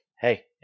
hey